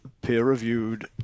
peer-reviewed